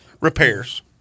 repairs